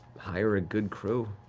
hire a good crew.